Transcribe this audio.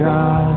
God